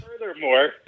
Furthermore